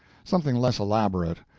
something less elaborate,